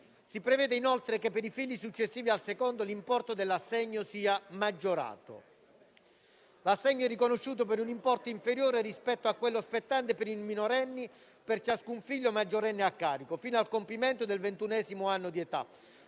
Si prevede inoltre che per i figli successivi al secondo l'importo dell'assegno sia maggiorato. L'assegno è riconosciuto - per un importo inferiore rispetto a quello spettante per i minorenni - per ciascun figlio maggiorenne a carico fino al compimento del ventunesimo anno di età,